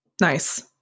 Nice